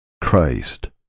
Christ